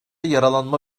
yaralanma